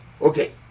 Okay